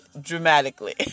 dramatically